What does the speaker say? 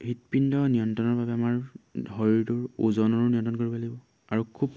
হৃদপিণ্ড নিয়ন্ত্ৰণৰ বাবে আমাৰ শৰীৰটোৰ ওজনৰো নিয়ন্ত্ৰণ কৰিব লাগিব আৰু খুব